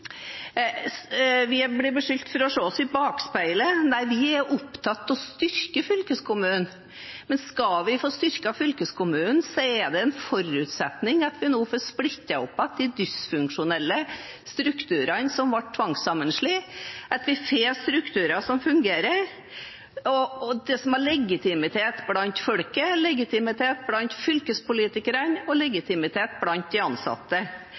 Vi blir beskyldt for å se oss i bakspeilet. Nei, vi er opptatt av å styrke fylkeskommunen, men skal vi få styrket fylkeskommunen, er det en forutsetning at vi nå får splittet opp igjen de dysfunksjonelle strukturene som kom med tvangssammenslåingen, at vi får strukturer som fungerer, og som har legitimitet blant folket, legitimitet blant fylkespolitikerne og legitimitet blant de ansatte.